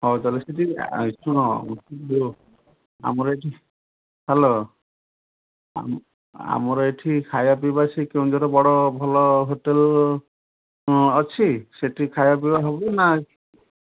ହଉ ତା'ହେଲେ ସେଠି ଶୁଣ ଯେଉଁ ଆମର ଏଠି ହ୍ୟାଲୋ ଆମ ଆମର ଏଠି ଖାଇବା ପିଇବା ସେହି କେଉଁଝର ବଡ଼ ଭଲ ହୋଟେଲ୍ ଅଛି ସେଠି ଖାଇବା ପିଇବା ହେବ ନା